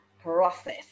process